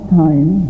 time